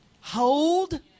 Hold